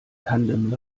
tandem